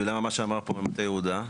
ולמה מה שאמר פה במטה יהודה?